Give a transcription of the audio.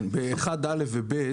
בסעיף (1)(א) ו-(ב),